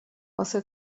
واسه